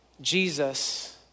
Jesus